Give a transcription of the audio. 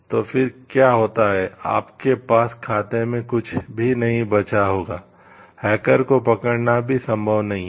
तो फिर क्या होता है आपके पास खाते में कुछ भी नहीं बचा होगा हैकर को पकड़ना भी संभव नहीं है